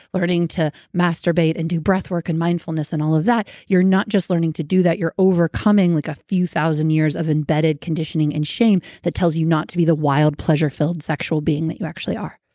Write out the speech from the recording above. learning to masturbate and do breath work and mindfulness and all of that, you're not just learning to do that you're overcoming like a few thousand years of embedded conditioning and shame that tells you not to be the wild, pleasure-filled, sexual being that you actually are.